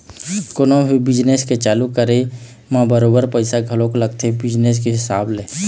कोनो भी बिजनेस के चालू करे म बरोबर पइसा घलोक लगथे बिजनेस के हिसाब ले